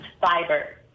fiber